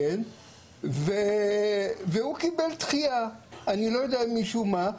הוא קיבל דחייה, אני לא יודע משום מה.